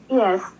yes